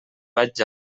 vaig